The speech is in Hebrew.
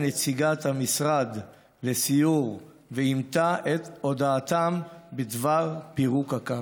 נציגת המשרד לסיור ואימתה את הודעתם בדבר פירוק הקו.